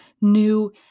new